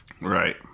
Right